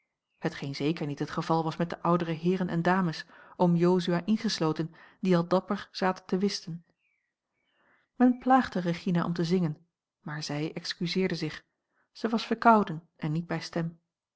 hetgeen zeker niet het geval was met de oudere heeren en dames oom jozua ingesloten die al dapper zaten te whisten men plaagde regina om te zingen maar zij excuseerde zich zij was verkouden en niet bij stem